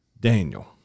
Daniel